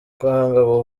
kwanga